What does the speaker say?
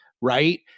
Right